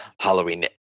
Halloween